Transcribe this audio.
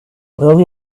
will